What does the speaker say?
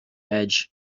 edge